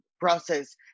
process